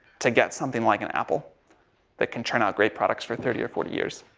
to get something like an apple that can churn out great products for thirty or forty years,